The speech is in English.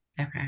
Okay